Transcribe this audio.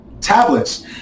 tablets